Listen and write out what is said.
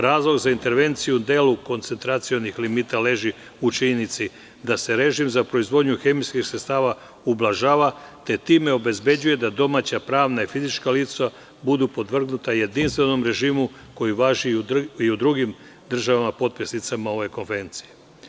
Razlog za intervenciju u delu koncentracionih limita leži u činjenici da se režim za proizvodnju hemijskih sredstava ublažava, te time obezbeđuje da domaća pravna i fizička lica budu podvrgnuta jedinstvenom režimu koji važi i u drugim državama potpisnicama ove konvencije.